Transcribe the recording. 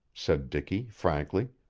said dicky frankly.